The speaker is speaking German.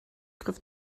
griff